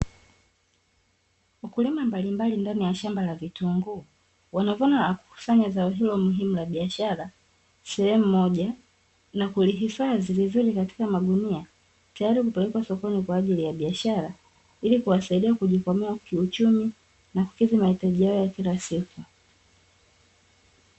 Wakulima mbalimbali ndani ya shamba la vitunguu wanavuna na kukusanya zao hilo muhimu la biashara sehemu moja, na kulihifadhi vizuri katika magunia tayari kupelekwa sokoni kwa ajili ya biashara, ili kuwasaidia kujikwamua kiuchumi na kukidhi mahitaji yao ya kila siku.